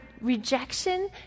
rejection